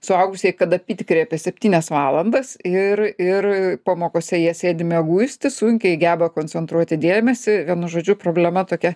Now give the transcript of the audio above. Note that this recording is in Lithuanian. suaugusieji kad apytikriai apie septynias valandas ir ir pamokose jie sėdi mieguisti sunkiai geba koncentruoti dėmesį vienu žodžiu problema tokia